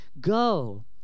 Go